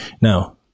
Now